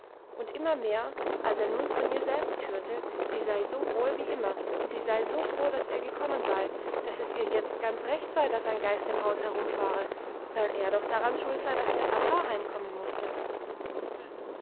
und immer mehr als er nun von ihr selbst hörte sie sei so wohl wie immer und sie sei so froh dass er gekommen sei dass es ihr jetzt ganz recht sei dass ein geist im haus herumfahre weil er doch daran schuld sei dass der papa heimkommen musste